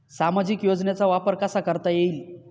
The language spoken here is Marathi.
सामाजिक योजनेचा वापर कसा करता येईल?